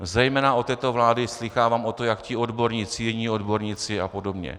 Zejména od této vlády slýchávám o tom, jak ti odborníci, jiní odborníci a podobně.